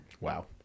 Wow